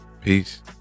Peace